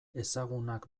ezagunak